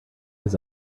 his